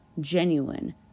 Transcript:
genuine